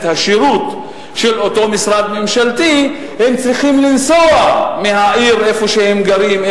השירות של אותו משרד ממשלתי צריכים לנסוע מהעיר שבה הם גרים,